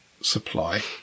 supply